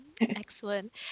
excellent